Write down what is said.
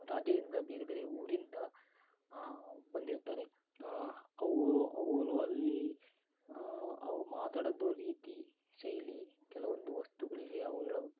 ರಾಜ್ಯದಿಂದ ಬೇರ್ಬೇರೆ ಊರಿಂದ ಬಂದಿರ್ತಾರೆ ಅವು ಅವರು ಅಲ್ಲಿ ಅವು ಮಾತಾಡೋದು ರೀತಿ ಶೈಲಿ ಕೆಲವೊಂದು ವಸ್ತುಗಳಿಗೆ ಅವ್ರು ಹೇಳೋ